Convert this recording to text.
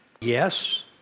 Yes